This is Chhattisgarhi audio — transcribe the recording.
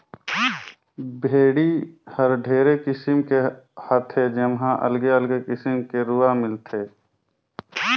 भेड़ी हर ढेरे किसिम के हाथे जेम्हा अलगे अगले किसिम के रूआ मिलथे